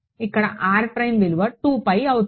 ఇక్కడ విలువ అవుతుంది